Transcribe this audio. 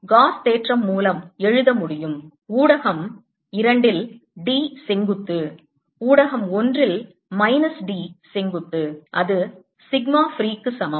நான் காஸ் தேற்றம் மூலம் எழுத முடியும் ஊடகம் 2ல் D செங்குத்து ஊடகம் 1ல் மைனஸ் D செங்குத்து அது சிக்மா ஃப்ரீ க்கு சமம்